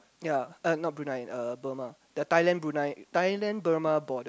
yea uh not Brunei uh Burma the Thailand Brunei Thailand Burma border